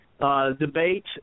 Debate